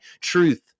truth